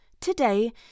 today